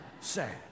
Sad